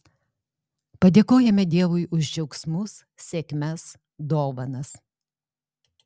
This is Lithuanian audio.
padėkojame dievui už džiaugsmus sėkmes dovanas